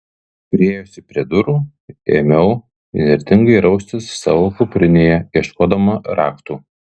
priėjusi prie durų ėmiau įnirtingai raustis savo kuprinėje ieškodama raktų